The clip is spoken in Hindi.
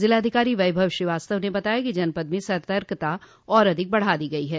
जिलाधिकारी वैभव श्रीवास्तव ने बताया कि जनपद में सतर्कता और अधिक बढ़ा दी गई है